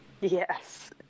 yes